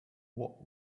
what